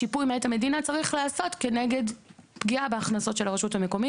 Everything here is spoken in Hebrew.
שיפוי מעת המדינה צריך להיעשות כנגד פגיעה בהכנסות של הרשות המקומית.